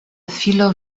filo